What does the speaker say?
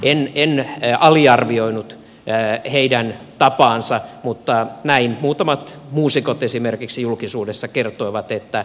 en aliarvioinut heidän tapaansa mutta näin muutamat muusikot esimerkiksi julkisuudessa kertoivat